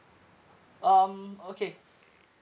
um okay